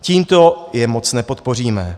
Tímto je moc nepodpoříme.